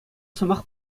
сӑмах